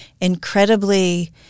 incredibly